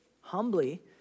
humbly